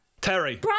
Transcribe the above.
Terry